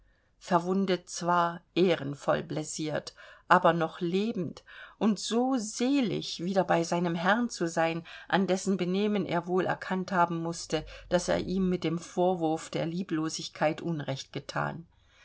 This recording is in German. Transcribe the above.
verwundet zwar ehrenvoll blessiert aber noch lebend und so selig wieder bei seinem herrn zu sein an dessen benehmen er wohl erkannt haben mußte daß er ihm mit dem vorwurf der lieblosigkeit unrecht gethan